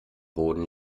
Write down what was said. boden